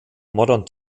modern